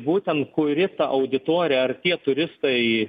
būtent kuri auditorija ar tie turistai